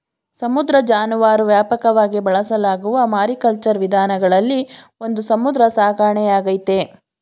ಸಮುದ್ರ ಜಾನುವಾರು ವ್ಯಾಪಕವಾಗಿ ಬಳಸಲಾಗುವ ಮಾರಿಕಲ್ಚರ್ ವಿಧಾನಗಳಲ್ಲಿ ಒಂದು ಸಮುದ್ರ ಸಾಕಣೆಯಾಗೈತೆ